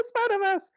Spider-Man